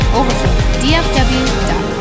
overflowdfw.com